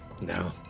No